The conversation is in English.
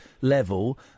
level